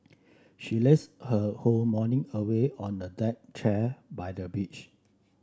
she lazed her whole morning away on a deck chair by the beach